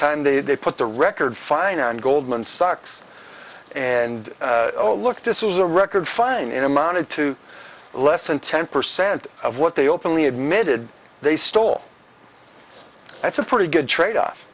time they put the record fine on goldman sachs and oh look this is a record fine in amounted to less than ten percent of what they openly admitted they stole that's a pretty good trade off